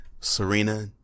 Serena